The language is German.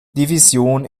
division